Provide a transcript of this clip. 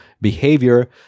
behavior